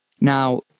Now